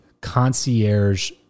concierge